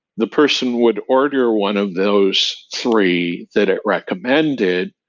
the person would order one of those three that it recommended,